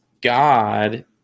God